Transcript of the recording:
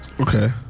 Okay